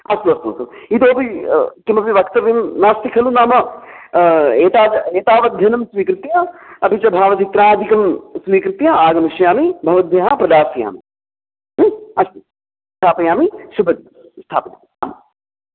अस्तु अस्तु अस्तु इतोपि किमपि वक्तव्यं नास्ति खलु नाम एतद् एतावद्धनं स्वीकृत्य अपि च भावचित्रादिकं स्वीकृत्य आगमिष्यामि भवद्भ्यः प्रदास्यामि ह्म् अस्तु स्थापयामि शुभं स्थापयामि हा